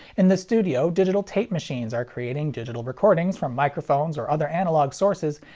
in the studio, digital tape machines are creating digital recordings from microphones or other analog sources,